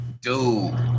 Dude